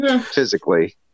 Physically